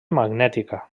magnètica